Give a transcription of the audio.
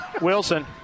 Wilson